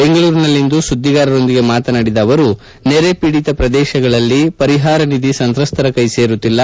ಬೆಂಗಳೂರಿನಲ್ಲಿಂದು ಸುದ್ಗಿಗಾರರೊಂದಿಗೆ ಮಾತನಾಡಿದ ಅವರು ನೆರೆ ಪೀಡಿತ ಪ್ರದೇಶಗಳಲ್ಲಿ ಪರಿಹಾರ ನಿಧಿ ಸಂತ್ರಸ್ತರ ಕೈ ಸೇರುತ್ತಿಲ್ಲ